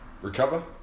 recover